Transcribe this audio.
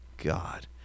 God